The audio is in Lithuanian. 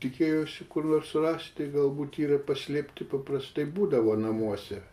tikėjosi kur nors surasti galbūt yra paslėpti paprastai būdavo namuose